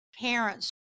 parents